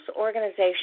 organization